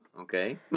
Okay